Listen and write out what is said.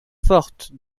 forte